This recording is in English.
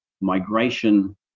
migration